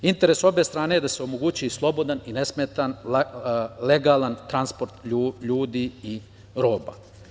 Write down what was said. Interes obe strane je da se omogući slobodan i nesmetan, legalan transport ljudi i roba.